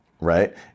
right